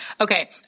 Okay